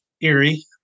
Erie